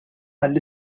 għall